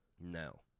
No